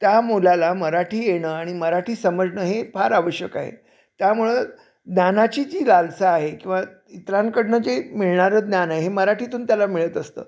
त्या मुलाला मराठी येणं आणि मराठी समजणं हे फार आवश्यक आहे त्यामुळं ज्ञानाची जी लालसा आहे किंवा इतरांकडून जे मिळणारं ज्ञान आहे हे मराठीतून त्याला मिळत असतं